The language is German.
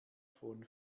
von